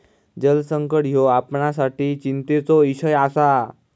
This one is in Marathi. जलसंकट ह्यो आपणासाठी चिंतेचो इषय आसा